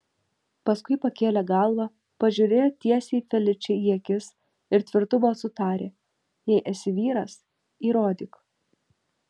paskui pakėlė galvą pažiūrėjo tiesiai feličei į akis ir tvirtu balsu tarė jei esi vyras įrodyk